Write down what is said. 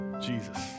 Jesus